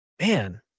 man